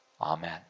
Amen